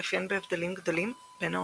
ומתאפיין בהבדלים גדולים בין העונות.